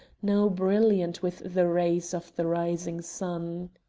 now brilliant with the rays of the rising sun.